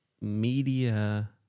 media